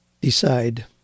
decide